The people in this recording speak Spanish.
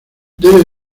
debe